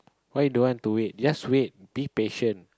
why don't want to wait just wait be patient